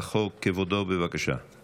הצעת חוק ארגון הפיקוח על העבודה (תיקון